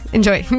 Enjoy